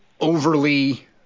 overly